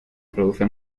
produce